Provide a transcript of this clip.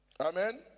Amen